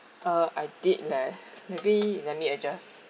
uh I did leh maybe let me adjust